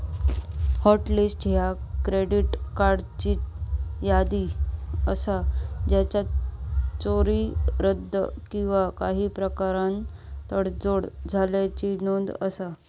hot list ह्या credit कार्ड्सची यादी असा ज्याचा चोरी, रद्द किंवा काही प्रकारान तडजोड झाल्याची नोंद असा